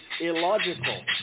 illogical